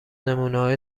نمونههای